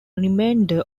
remainder